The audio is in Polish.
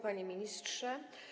Panie Ministrze!